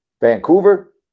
Vancouver